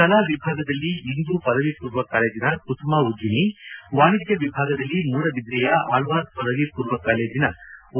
ಕಲಾ ವಿಭಾಗದಲ್ಲಿ ಇಂದು ಪದವಿ ಪೂರ್ವ ಕಾಲೇಜಿನ ಕುಸುಮಾ ಉಜ್ಜನಿ ವಾಣಿಜ್ಯ ವಿಭಾಗದಲ್ಲಿ ಮೂಡಬಿದ್ರಿಯ ಅಳ್ವಾಸ್ ಪದವಿ ಪೂರ್ವ ಕಾಲೇಜಿನ ಓ